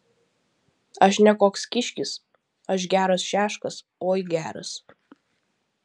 aš ne koks kiškis aš geras šeškas oi geras